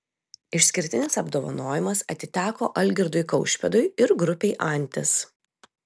išskirtinis apdovanojimas atiteko algirdui kaušpėdui ir grupei antis